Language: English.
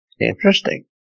Interesting